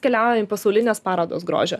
keliaujam į pasaulines parodas grožio